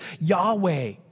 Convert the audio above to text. Yahweh